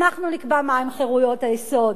אנחנו נקבע מהן חירויות היסוד.